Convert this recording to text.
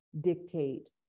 dictate